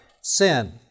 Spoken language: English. sin